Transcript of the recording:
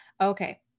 okay